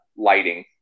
lighting